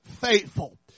faithful